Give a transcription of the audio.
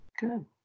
Good